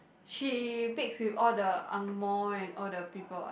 she mix with all the ang mor and all the people what